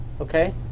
Okay